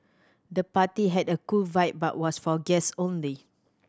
the party had a cool vibe but was for guest only